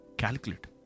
calculate